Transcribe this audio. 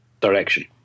direction